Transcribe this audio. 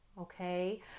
okay